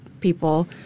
people